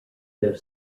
though